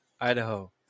Idaho